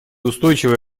устойчивое